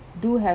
do have